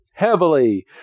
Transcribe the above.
heavily